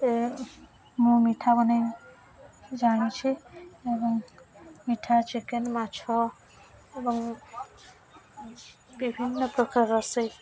ଏ ମୁଁ ମିଠା ବନାଇ ଜାଣିଛି ଏବଂ ମିଠା ଚିକେନ୍ ମାଛ ଏବଂ ବିଭିନ୍ନ ପ୍ରକାର ରୋଷେଇ